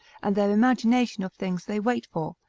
and their imagination of things they wait for,